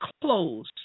close